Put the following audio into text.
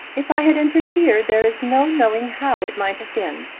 if i had interfered there is no knowing how it might have been.